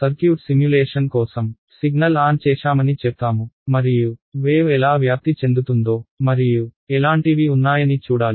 circuit simulation కోసం signal on చేశామని చెప్తాము మరియు వేవ్ ఎలా వ్యాప్తి చెందుతుందో మరియు ఎలాంటివి ఉన్నాయని చూడాలి